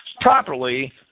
properly